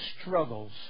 struggles